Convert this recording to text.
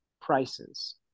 prices